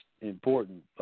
important